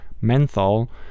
menthol